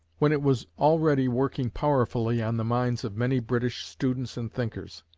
when it was already working powerfully on the minds of many british students and thinkers.